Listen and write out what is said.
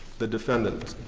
the defendant,